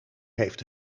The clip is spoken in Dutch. heeft